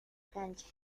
cancha